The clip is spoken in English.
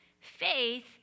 faith